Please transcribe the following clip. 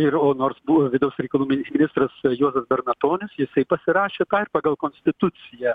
ir o nors buvo vidaus reikalų ministras juozas bernatonis jisai pasirašė ir pagal konstituciją